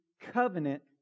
covenant